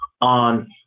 on